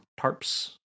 tarps